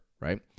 right